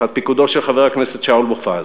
תחת פיקודו של חבר הכנסת שאול מופז.